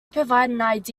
provide